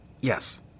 Yes